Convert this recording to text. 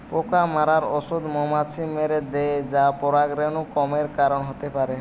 পোকা মারার ঔষধ মৌমাছি মেরে দ্যায় যা পরাগরেণু কমের কারণ হতে পারে